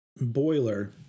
boiler